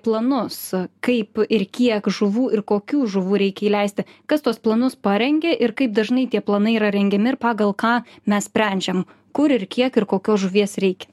planus kaip ir kiek žuvų ir kokių žuvų reikia įleisti kas tuos planus parengė ir kaip dažnai tie planai yra rengiami ir pagal ką mes sprendžiam kur ir kiek ir kokios žuvies reikia